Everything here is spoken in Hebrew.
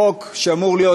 חוק שאמור להיות